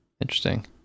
Interesting